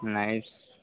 ନାହିଁ